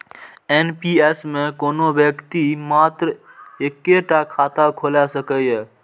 NPS मे कोनो व्यक्ति मात्र एक्के टा खाता खोलाए सकैए